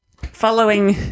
Following